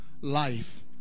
life